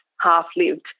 half-lived